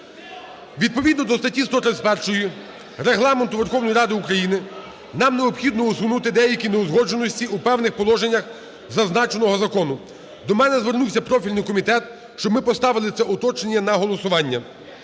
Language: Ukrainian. Відповідно до статті 131 Регламенту Верховної Ради України нам необхідно усунути деякі неузгодженості у певних положеннях зазначеного закону. До мене звернувся профільний комітет, щоб ми поставили це уточнення на голосування.